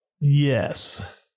Yes